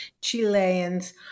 Chileans